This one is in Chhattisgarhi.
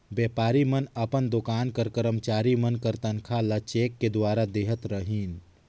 बयपारी मन अपन दोकान कर करमचारी मन कर तनखा ल चेक दुवारा देहत रहिन